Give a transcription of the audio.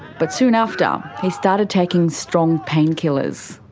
but soon after, he started taking strong painkillers.